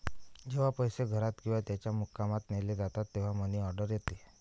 जेव्हा पैसे घरात किंवा त्याच्या मुक्कामात नेले जातात तेव्हा मनी ऑर्डर येते